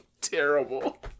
Terrible